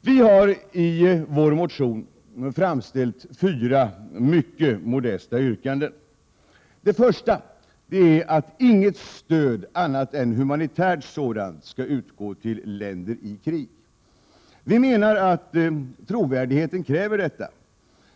Vi har i vår motion framställt fyra mycket modesta yrkanden. Det första är att inget stöd annat än humanitärt sådant skall utgå till länder i krig. Vi menar att trovärdigheten kräver detta,